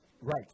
Right